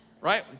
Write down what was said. right